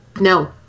No